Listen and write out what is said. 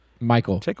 Michael